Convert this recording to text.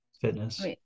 fitness